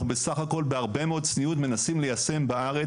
אנחנו בסך הכול בהרבה מאוד צניעות מנסים ליישם בארץ,